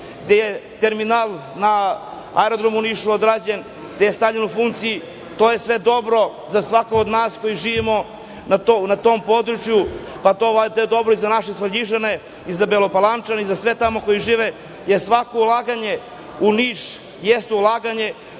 gde je terminal na aerodromu u Nišu odrađen, gde je stavljen u funkciju, a to je sve dobro za svakog od nas koji živimo na tom području, a to je dobro i za nas iz Svrljiga i za Belopalančane i za sve koji tamo žive, jer svako ulaganje u Niš jeste ulaganje